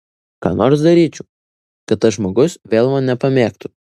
ką nors daryčiau kad tas žmogus vėl mane pamėgtų